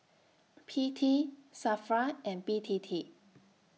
P T SAFRA and B T T